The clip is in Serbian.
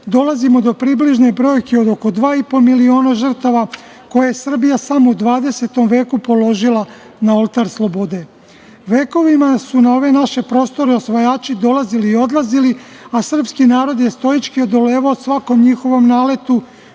dolazimo do približnih brojki od oko 2,5 miliona žrtava koje je Srbija samo u 20. veku položila na oltar slobode. Vekovima su na ove naše prostore osvajači dolazili i odlazili, a srpski narod je stoički odolevao svakom njihovom naletu